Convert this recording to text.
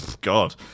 God